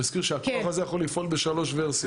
שהכוח הזה יכול לפעול בשלוש ורסיות.